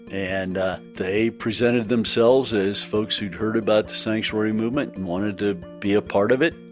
and they presented themselves as folks who'd heard about the sanctuary movement and wanted to be a part of it,